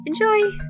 Enjoy